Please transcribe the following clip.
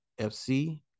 FC